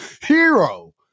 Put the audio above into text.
Hero